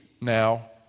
now